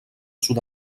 sud